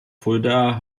fuldaer